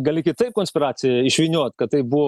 gali kitaip konspiraciją išvyniot kad tai buvo